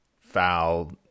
foul